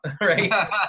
right